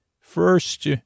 First